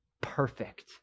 perfect